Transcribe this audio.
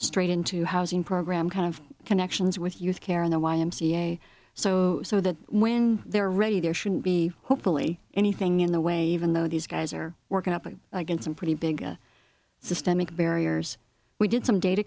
straight into housing program kind of connections with youth care in the y m c a so so that when they're ready there should be hopefully anything in the way even though these guys are working up against some pretty big systemic barriers we did some data